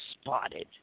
spotted